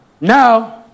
Now